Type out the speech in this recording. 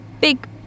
big